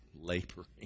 laboring